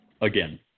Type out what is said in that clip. Again